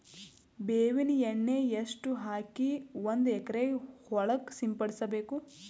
ಬೇವಿನ ಎಣ್ಣೆ ಎಷ್ಟು ಹಾಕಿ ಒಂದ ಎಕರೆಗೆ ಹೊಳಕ್ಕ ಸಿಂಪಡಸಬೇಕು?